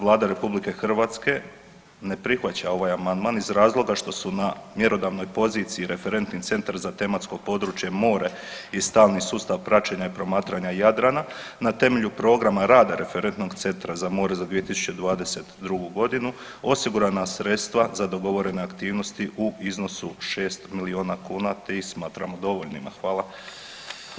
Vlada RH ne prihvaća ovaj amandman iz razloga što su na mjerodavnoj poziciji Referentni centar za tematsko područje mora i stalni sustav praćenja i promatranja Jadrana na temelju programa rada Referentnog centra za more za 2022.g. osigurana sredstva za dogovorene aktivnosti u iznosu šest milijuna kuna te ih smatramo dovoljnima.